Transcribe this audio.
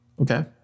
Okay